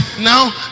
now